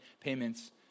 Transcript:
payments